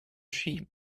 ski